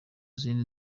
zindi